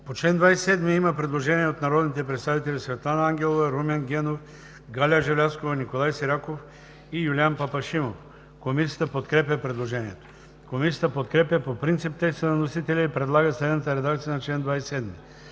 По чл. 27 има предложение от народните представители Светлана Ангелова, Румен Генов, Галя Желязкова, Николай Сираков и Юлиян Папашимов. Комисията подкрепя предложението. Комисията подкрепя по принцип текста на вносителя и предлага следната редакция на чл. 27: